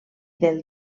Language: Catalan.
del